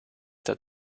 that